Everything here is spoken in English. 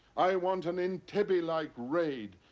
i want an entebbe-like raid!